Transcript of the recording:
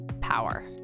Power